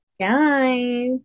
Guys